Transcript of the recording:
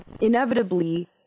inevitably